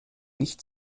nicht